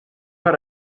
pas